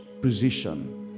position